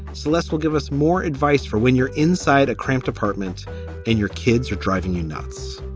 celeste will give us more advice for when you're inside a cramped apartment and your kids are driving you nuts.